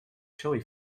showy